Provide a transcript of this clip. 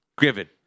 Given